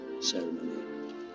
ceremony